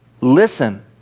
Listen